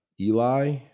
Eli